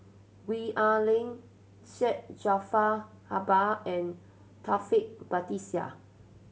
Gwee Ah Leng Syed Jaafar Albar and Taufik Batisah